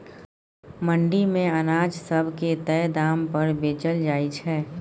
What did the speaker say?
मंडी मे अनाज सब के तय दाम पर बेचल जाइ छै